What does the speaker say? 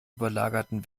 überlagerten